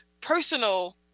personal